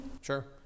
Sure